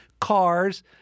cars